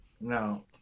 No